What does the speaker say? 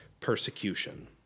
persecution